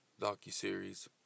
docuseries